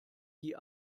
die